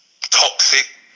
toxic